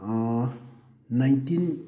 nineteen